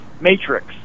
matrix